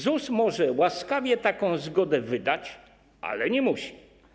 ZUS może łaskawie taką zgodę wydać, ale nie musi.